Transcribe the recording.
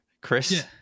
chris